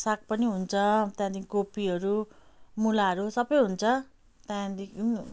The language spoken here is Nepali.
साग पनि हुन्छ त्यहाँदेखि कोपीहरू मूलाहरू सबै हुन्छ त्यहाँदेखि